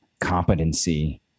competency